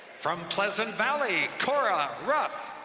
from pleasant valley, cora ruff.